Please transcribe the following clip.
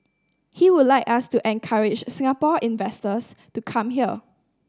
he would like us to encourage Singaporean investors to come here